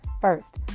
First